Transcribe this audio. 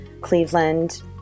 Cleveland